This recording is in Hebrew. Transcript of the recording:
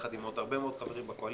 ביחד עם עוד הרבה מאוד חברים בקואליציה,